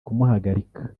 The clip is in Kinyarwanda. kumuhagarika